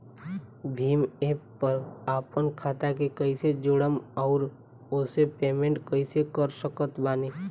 Bhim app पर आपन खाता के कईसे जोड़म आउर ओसे पेमेंट कईसे कर सकत बानी?